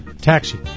Taxi